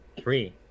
Three